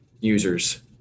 Users